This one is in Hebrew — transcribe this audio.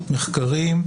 מחקרים.